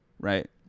right